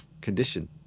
condition